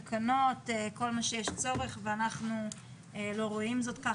תקנות, כל מה שיש צורך ואנחנו לא רואים זאת כך.